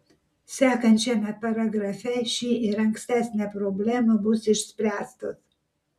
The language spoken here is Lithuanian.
sekančiame paragrafe ši ir ankstesnė problema bus išspręstos